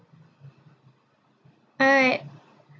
alright